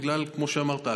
כמו שאמרת,